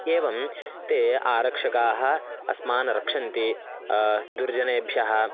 एवं ते आरक्षकाः अस्मान् रक्षन्ति दुर्जनेभ्यः